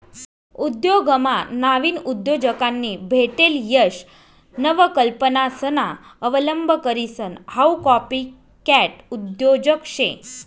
उद्योगमा नाविन उद्योजकांनी भेटेल यश नवकल्पनासना अवलंब करीसन हाऊ कॉपीकॅट उद्योजक शे